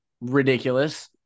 ridiculous